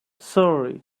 sorry